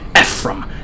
ephraim